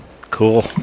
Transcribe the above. Cool